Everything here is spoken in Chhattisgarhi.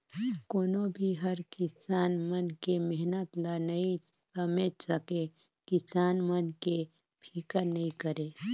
कोनो भी हर किसान मन के मेहनत ल नइ समेझ सके, किसान मन के फिकर नइ करे